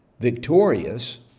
victorious